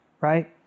right